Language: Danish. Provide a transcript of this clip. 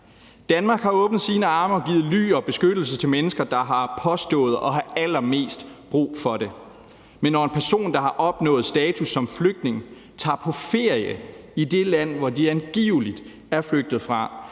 Danmark har åbnet sine arme og givet ly og beskyttelse til mennesker, der har påstået at have allermest brug for det. Men når en person, der har opnået status som flygtning, tager på ferie i det land, hvor man angiveligt er flygtet fra,